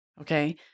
Okay